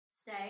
Stay